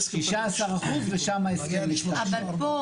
16% ושם 20. אבל פה,